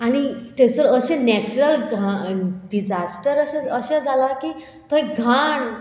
आनी थंयसर अशें नॅचरल घाण डिजास्टर अशें अशें जालां की थंय घाण